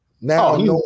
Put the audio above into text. Now